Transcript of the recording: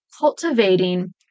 cultivating